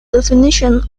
definition